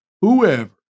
whoever